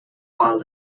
while